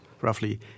roughly